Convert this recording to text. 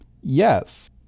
Yes